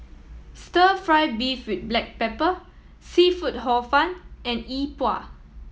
Stir Fry beef with black pepper seafood Hor Fun and E Bua